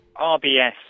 RBS